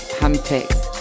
handpicked